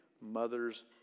mothers